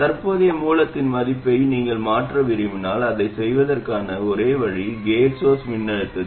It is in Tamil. தற்போதைய மூலத்தின் மதிப்பை நீங்கள் மாற்ற விரும்பினால் அதைச் செய்வதற்கான ஒரே வழி கேட் சோர்ஸ் மின்னழுத்தத்தை மாற்ற வேண்டும்